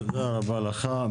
תודה רבה לך.